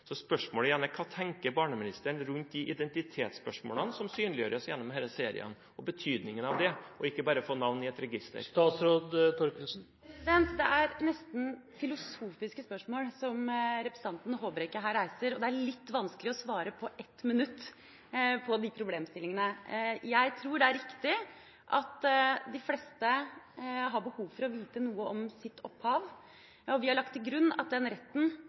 Spørsmålet er igjen: Hva tenker barneministeren rundt de identitetsspørsmålene som synliggjøres gjennom disse seriene og betydningen av det, og ikke bare det å få et navn i et register? Det er nesten filosofiske spørsmål som representanten Håbrekke reiser her. Det er litt vanskelig å svare på de problemstillingene på 1 minutt. Jeg tror det er riktig at de fleste har behov for å vite noe om sitt opphav, og vi har lagt til grunn at den retten